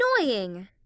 annoying